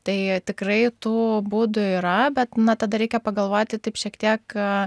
tai tikrai tų būdų yra bet na tada reikia pagalvoti taip šiek tiek